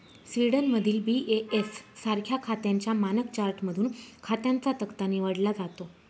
स्वीडनमधील बी.ए.एस सारख्या खात्यांच्या मानक चार्टमधून खात्यांचा तक्ता निवडला जातो